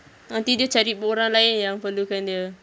nanti dia cari orang lain yang perlukan dia